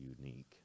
unique